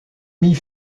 mit